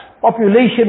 population